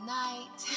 night